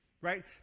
right